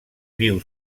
viu